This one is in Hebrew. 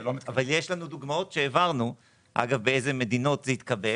אבל יש לנו דוגמאות שהעברנו באיזה מדינות זה התקבל.